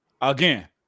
Again